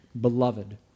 Beloved